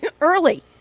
early